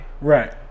right